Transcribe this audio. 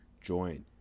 join